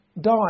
die